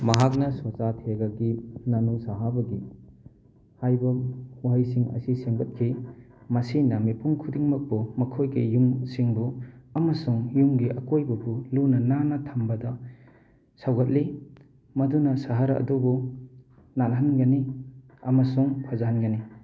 ꯃꯍꯥꯛꯅ ꯁ꯭ꯋꯥꯆꯥꯊꯦꯒꯒꯤ ꯅꯥꯅꯨ ꯁꯍꯥꯚꯥꯒꯤ ꯍꯥꯏꯕ ꯋꯥꯍꯩꯁꯤꯡ ꯑꯁꯤ ꯁꯦꯝꯒꯠꯈꯤ ꯃꯁꯤꯅ ꯃꯤꯄꯨꯝ ꯈꯨꯗꯤꯡꯃꯛꯄꯨ ꯃꯈꯣꯏꯒꯤ ꯌꯨꯝ ꯁꯤꯡꯕꯨ ꯑꯃꯁꯨꯡ ꯌꯨꯝꯒꯤ ꯑꯀꯣꯏꯕꯕꯨ ꯂꯨꯅ ꯅꯥꯟꯅ ꯊꯝꯕꯗ ꯁꯧꯒꯠꯂꯤ ꯃꯗꯨꯅ ꯁꯍꯔ ꯑꯗꯨꯕꯨ ꯅꯥꯜꯍꯟꯒꯅꯤ ꯑꯃꯁꯨꯡ ꯐꯖꯍꯟꯒꯅꯤ